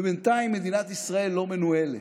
ובינתיים מדינת ישראל לא מנוהלת.